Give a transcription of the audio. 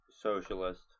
socialist